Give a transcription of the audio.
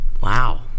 Wow